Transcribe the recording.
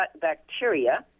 bacteria